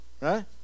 Right